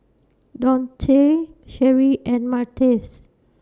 Donte Sherri and Martez